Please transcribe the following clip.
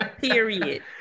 period